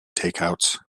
takeouts